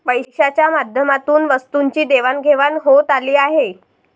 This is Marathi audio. पैशाच्या माध्यमातून वस्तूंची देवाणघेवाण होत आली आहे